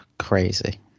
Crazy